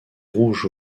rouge